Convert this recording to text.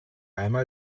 einmal